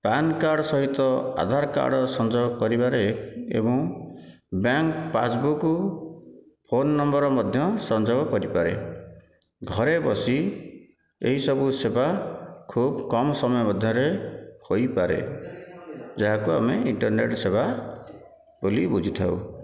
PAN card ସହିତ Aadhaar card ସଂଯୋଗ କରିବାରେ ଏବଂ ବ୍ୟାଙ୍କ ପାସବୁକ୍ ଫୋନ୍ ନମ୍ବର ମଧ୍ୟ ସଂଯୋଗ କରିପାରେ ଘରେ ବସି ଏହିସବୁ ସେବା ଖୁବ କମ ସମୟ ମଧ୍ୟରେ ହୋଇପାରେ ଯାହାକୁ ଆମେ ଇଣ୍ଟର୍ନେଟ ସେବା ବୋଲି ବୁଝିଥାଉ